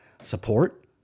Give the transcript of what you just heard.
Support